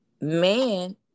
man